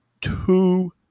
two